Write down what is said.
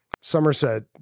Somerset